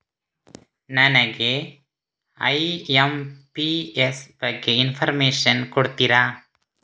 ನನಗೆ ಐ.ಎಂ.ಪಿ.ಎಸ್ ಬಗ್ಗೆ ಇನ್ಫೋರ್ಮೇಷನ್ ಕೊಡುತ್ತೀರಾ?